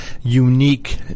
unique